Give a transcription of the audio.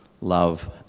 love